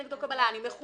אני נותנת כנגדו קבלה.